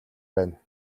байна